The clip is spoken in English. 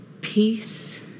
peace